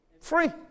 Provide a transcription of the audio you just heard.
Free